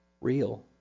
real